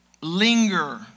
linger